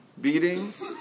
beatings